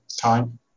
time